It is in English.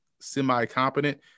semi-competent